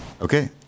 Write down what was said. Okay